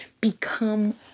Become